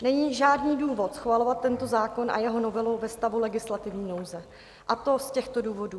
Není žádný důvod schvalovat tento zákon a jeho novelu ve stavu legislativní nouze, a to z těchto důvodů.